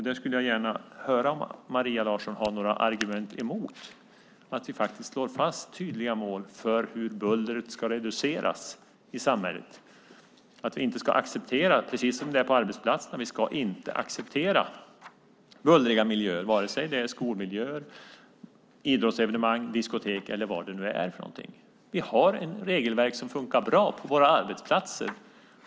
Jag skulle gärna vilja höra om Maria Larsson har några argument emot att vi faktiskt slår fast tydliga mål för hur bullret i samhället ska reduceras? Precis som när det gäller arbetsplatser ska vi inte acceptera bullriga skolmiljöer, idrottsevenemang, diskotek eller vad det nu är. Vi har ett regelverk som funkar bra på arbetsplatser.